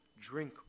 drink